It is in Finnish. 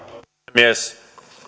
puhemies